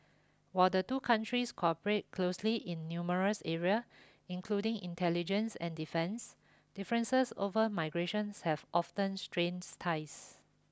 while the two countries cooperate closely in numerous area including intelligence and defense differences over migration have often strains ties